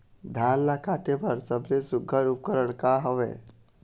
धान ला काटे बर सबले सुघ्घर उपकरण का हवए?